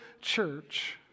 church